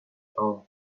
stone